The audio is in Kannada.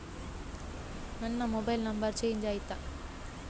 ನನ್ನ ಮೊಬೈಲ್ ನಂಬರ್ ಚೇಂಜ್ ಆಯ್ತಾ?